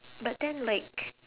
but then like